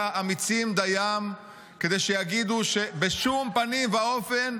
אמיצים דיים כדי שיגידו שבשום פנים ואופן,